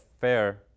fair